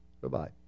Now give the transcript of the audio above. Goodbye